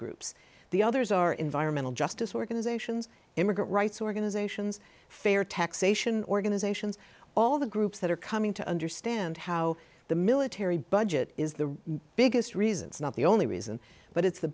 groups the others are environmental justice organizations immigrant rights organizations fair taxation organizations all the groups that are coming to understand how the military budget is the biggest reasons not the only reason but it's the